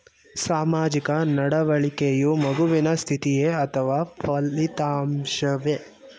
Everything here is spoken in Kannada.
ಸಾಮಾಜಿಕ ನಡವಳಿಕೆಯು ಮಗುವಿನ ಸ್ಥಿತಿಯೇ ಅಥವಾ ಫಲಿತಾಂಶವೇ?